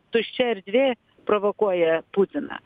tuščia erdvė provokuoja putiną